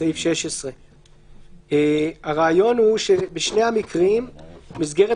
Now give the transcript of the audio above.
בסעיף 16. הרעיון הוא שבשני המקרים מסגרת